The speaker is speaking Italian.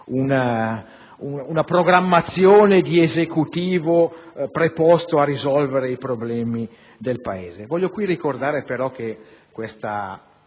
la programmazione di un Esecutivo preposto a risolvere i problemi del Paese. Voglio qui ricordare che in questa